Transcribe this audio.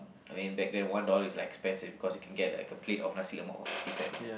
I mean back then one dollar is like expensive because you can get like a plate of Nasi-Lemak for fifty cents